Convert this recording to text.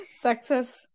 Success